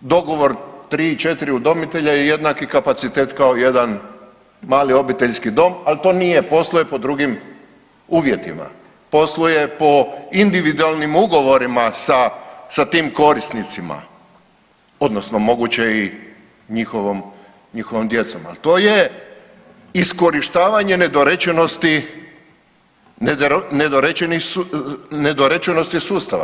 dogovor 3-4 udomitelja je jednaki kapacitet kao jedan mali obiteljski dom, al to nije, posluje pod drugim uvjetima, posluje po individualnim ugovorima sa, sa tim korisnicima odnosno moguće je i njihovom, njihovom djecom, al to je iskorištavanje nedorečenosti, nedorečenosti sustava.